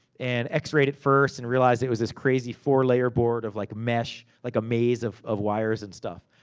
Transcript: and x-ray'ed it first, and realized it was this crazy, four layer board of like mesh. like a maze of of wires and stuff.